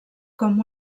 com